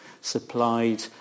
supplied